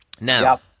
Now